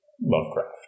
Lovecraft